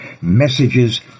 messages